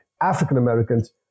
African-Americans